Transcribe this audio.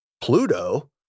Pluto